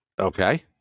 Okay